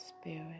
spirit